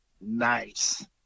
Nice